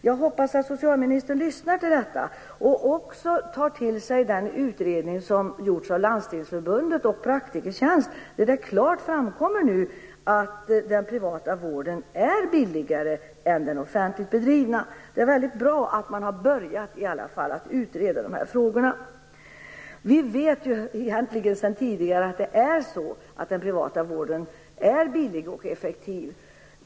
Jag hoppas att socialministern lyssnar till detta och också tar till sig den utredning som har gjorts av Landstingsförbundet och Praktikertjänst. Där framkommer det klart att den privata vården är billigare än den offentligt bedrivna. Det är väldigt bra att man i alla fall har börjat utreda de här frågorna. Vi vet sedan tidigare att den privata vården är billig och effektiv.